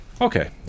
Okay